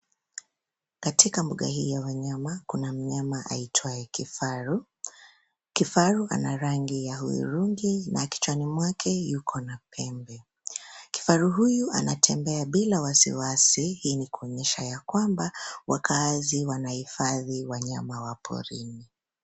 Katika mbuga hii ya wanyama kuna mnyama aitwaye kifaru. Kifaru ana rangi ya hudhurungi na kichwani mwake yuko na pembe. Kifaru huyu anatembea bila wasiwasi, hii ni kuonyesha ya kwamba wakaazi wanahifadhi wanyama wa porini.